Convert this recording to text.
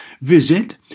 Visit